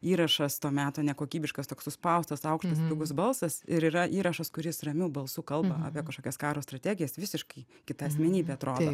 įrašas to meto nekokybiškas toks suspaustas aukštas spigus balsas ir yra įrašas kuris jis ramiu balsu kalba apie kažkokias karo strategijas visiškai kita asmenybė atrodo